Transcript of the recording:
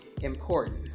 important